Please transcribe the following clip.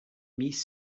mis